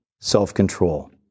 self-control